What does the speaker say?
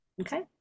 Okay